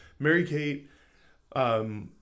Mary-Kate